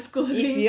if you